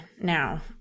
now